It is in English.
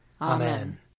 Amen